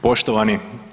Poštovani.